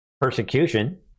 persecution